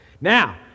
now